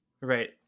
Right